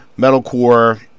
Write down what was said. metalcore